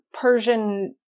Persian